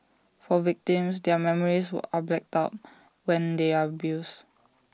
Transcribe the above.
for victims their memories are blacked out when they are abused